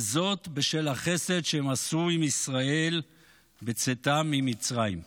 וזאת בשל החסד שהם עשו עם ישראל בצאתם ממצרים.